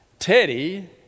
Teddy